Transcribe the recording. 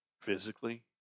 physically